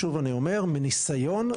שוב אני אומר, מניסיון: